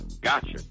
gotcha